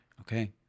okay